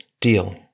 deal